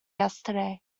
yesterday